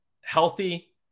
healthy